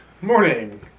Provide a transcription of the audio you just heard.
Morning